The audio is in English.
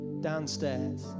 Downstairs